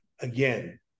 again